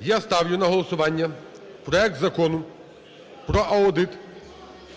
я ставлю на голосування проект Закону про аудит